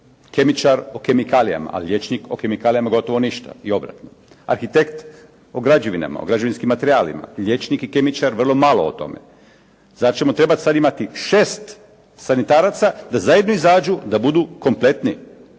Kemičar o kemikalijama. Ali liječnik o kemikalijama gotovo ništa i obratno. Arhitekt o građevinama, o građevinskim materijalima. Liječnik i kemičar vrlo malo o tome. Zar ćemo trebati sad imati 6 sanitaraca da zajedno izađu, da budu kompletni?